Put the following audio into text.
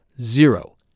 Zero